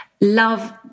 love